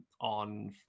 on